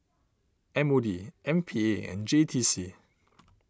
M O D M P A and J T C